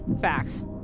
Facts